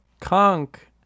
Conk